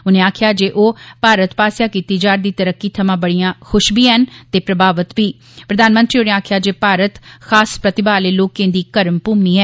उनें आक्खेआ जे ओह् भारत पासेआ कीती जा'रदी तरक्की थमां बड़ियां खुश बी ऐन ते प्रभावित बी प्रधानमंत्री होरें आक्खेआ जे भारत खास प्रतिभा आले लोकें दी कर्मभूमि ऐ